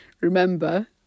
Remember